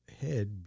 head